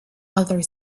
other